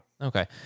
Okay